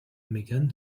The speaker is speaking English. megan